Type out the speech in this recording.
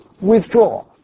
withdraw